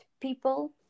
people